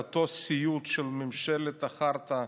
סיוט של ממשלת החרטא,